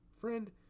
Friend